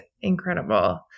incredible